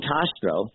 Castro